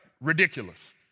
Ridiculous